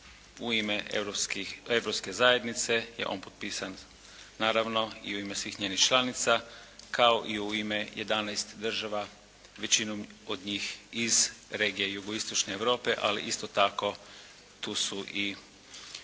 u ime Europske zajednice je on potpisan naravno i u ime svih njenih članica, kao i u ime 11 država većinom od njih iz regije jugoistočne Europe, ali isto tako tu su i